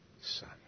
Son